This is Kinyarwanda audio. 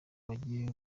bagiye